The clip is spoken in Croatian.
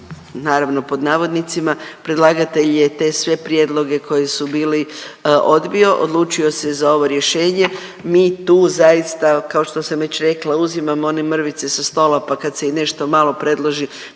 naravno pod navodnicima, predlagatelj je te sve prijedloge koji su bili odbio, odlučio se za ovo rješenje. Mi tu zaista, kao što sam već rekla, uzimamo one mrvice sa stola, pa kad se i nešto malo predloži